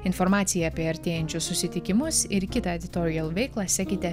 informaciją apie artėjančius susitikimus ir kitą editorial veiklą sekite